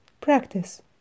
Practice